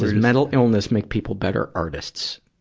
ah mental illness make people better artists?